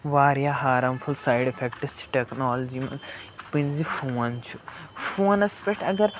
واریاہ harmful side effects چھِ technology منٛز یِتھ پٔنۍ زِ فون چھُ فونَس پٮ۪ٹھ اگر